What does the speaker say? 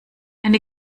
eine